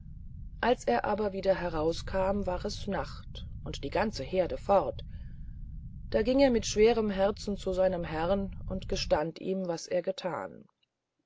als er aber wieder heraus kam war es nacht und die ganze heerde fort da ging er mit schwerem herzen zu seinem herrn und gestand ihm was er gethan